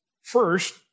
first